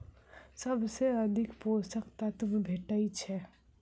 सबसँ अधिक पोसक तत्व भेटय छै?